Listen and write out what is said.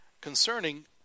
concerning